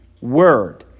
word